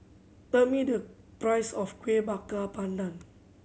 tell me the price of Kueh Bakar Pandan